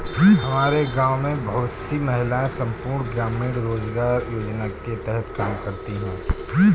हमारे गांव में बहुत सी महिलाएं संपूर्ण ग्रामीण रोजगार योजना के तहत काम करती हैं